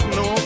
no